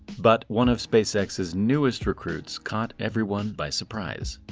but one of spacex's newest recruits caught everyone by surprise.